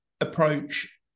approach